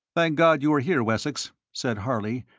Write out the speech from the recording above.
thank god you are here, wessex, said harley,